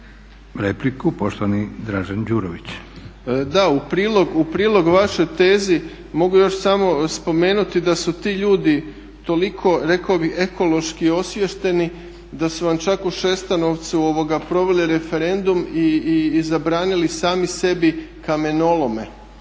Da, u prilog vašoj tezi mogu još samo spomenuti da su ti ljudi toliko rekao bi ekološki osviješteni da su vam čak u Šestanovcu proveli referendum i zabranili sami sebi kamenolome.